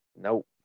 Nope